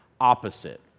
opposite